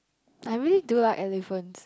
I really do like elephant